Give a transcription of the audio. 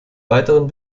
weiteren